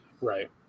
Right